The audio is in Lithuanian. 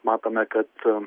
matome kad a